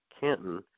Canton